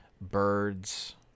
Birds